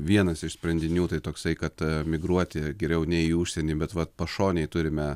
vienas iš sprendinių tai toksai kad emigruoti geriau ne į užsienį bet vat pašonėj turime